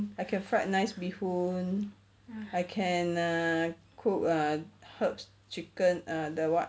I can fried nice bee hoon I can err cook err herbs chicken err then what